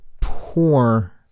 Poor